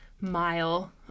mile